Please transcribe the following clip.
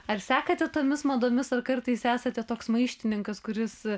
ar sekate tomis madomis ar kartais esate toks maištininkas kuris